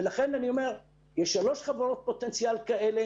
לכן אני אומר שיש שלוש חברות פוטנציאליות כאלה.